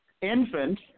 infant